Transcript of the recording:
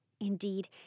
Indeed